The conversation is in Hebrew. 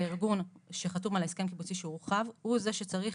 הארגון שחתום על ההסכם הקיבוצי שהורחב הוא זה שצריך